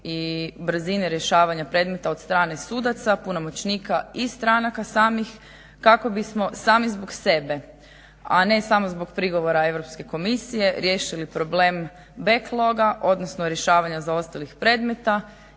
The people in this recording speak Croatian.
i brzine rješavanja predmeta od strane sudaca, punomoćnika i stranaka samih kako bismo sami zbog sebe, a ne samo zbog prigovora Europske komisije riješili problem back loga odnosno rješavanja zaostalih predmeta